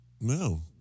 No